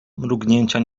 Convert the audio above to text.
mrugnięcia